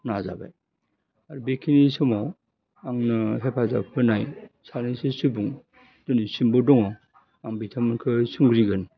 नाजाबाय आर बेखिनि समाव आंनो हेफाजाब होनाय सानैसो सुबुं दोनैसिमबो दङ आं बिथांमोनखो सोमजिगोन